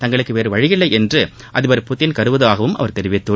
தங்களுக்கு வேறு வழியில்லை என்று அதிபர் பட்டின் கருதுவதாகவும் அவர் கூறியுள்ளார்